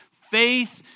Faith